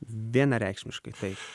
vienareikšmiškai taip